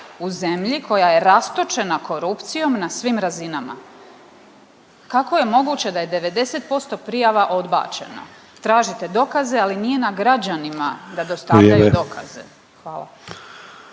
u zemlji koja je rastočena korupcijom na svim razinama? Kako je moguće da je 90% prijava odbačeno? Tražite dokaze, ali nije na građanima da … .../Upadica: